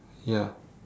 ya